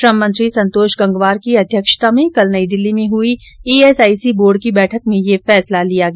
श्रम मंत्री संतोष गंगवार की अध्यक्षता में कल नई दिल्ली में हुई ईएसआईसी बोर्ड की बैठक में यह फैसला लिया गया